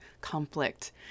conflict